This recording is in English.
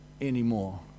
anymore